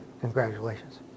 congratulations